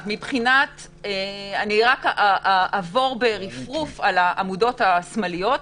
אעבור ברפרוף על העמודות השמאליות.